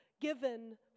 given